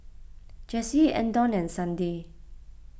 Jessie andon and Sandi